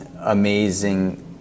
amazing